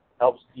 Helps